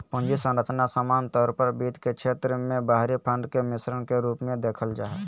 पूंजी संरचना सामान्य तौर पर वित्त के क्षेत्र मे बाहरी फंड के मिश्रण के रूप मे देखल जा हय